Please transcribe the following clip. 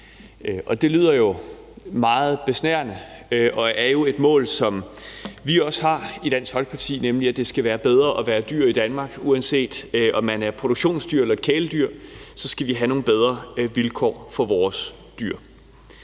Det lyder jo meget besnærende og er jo et mål, som vi også har i Dansk Folkeparti, nemlig at det skal være bedre at være et dyr i Danmark. Uanset om der er tale om produktionsdyr eller kæledyr, skal vi have nogle bedre vilkår for vores dyr.